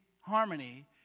harmony